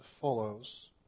follows